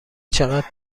چقدر